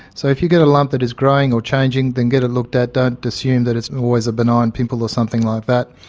so if you get a lump that is growing or changing then get it looked at, don't assume that it's always a benign pimple or something like that.